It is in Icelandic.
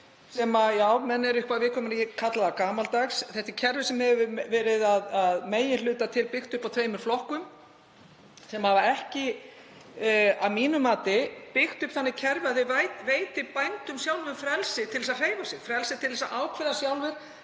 sem menn eru eitthvað viðkvæmir fyrir að ég kalli gamaldags. Þetta er kerfi sem hefur að meginhluta til verið byggt upp af tveimur flokkum sem hafa ekki að mínu mati byggt upp þannig kerfi að þau veiti bændum sjálfum frelsi til að hreyfa sig, frelsi til að ákveða sjálfir